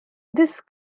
this